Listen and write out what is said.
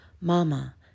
mama